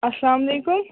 اَسلامَ علیکُم